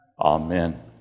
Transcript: Amen